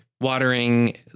watering